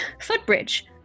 Footbridge